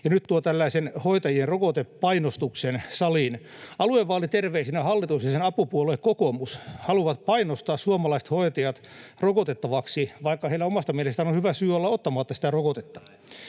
ja tuo tällaisen hoitajien rokotepainostuksen saliin. Aluevaaliterveisinä hallitus ja sen apupuolue kokoomus haluavat painostaa suomalaiset hoitajat rokotettavaksi, vaikka heillä omasta mielestään on hyvä syy olla ottamatta sitä rokotetta.